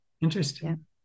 Interesting